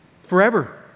forever